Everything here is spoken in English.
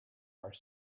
are